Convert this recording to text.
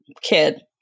kid